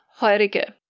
Heurige